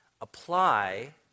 apply